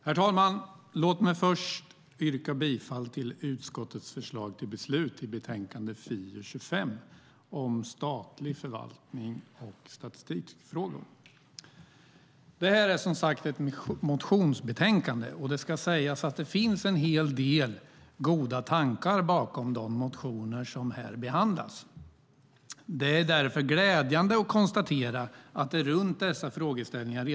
Herr talman! Låt mig först yrka bifall till utskottets förslag till beslut i betänkande FiU25 om statlig förvaltning och statistikfrågor. Det här är som sagt ett motionsbetänkande, och det ska sägas att det finns en hel del goda tankar bakom de motioner som här behandlas. Det är därför glädjande att konstatera att det redan pågår ett arbete runt dessa frågeställningar.